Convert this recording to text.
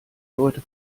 leute